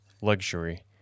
luxury